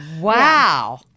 Wow